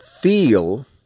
feel